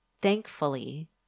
thankfully